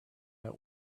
met